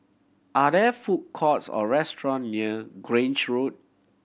are there food courts or restaurant near Grange Road